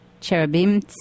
Cherubim